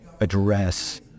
address